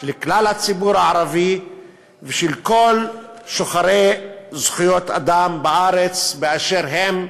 של כלל הציבור הערבי ושל כל שוחרי זכויות אדם בארץ באשר הם,